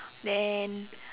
then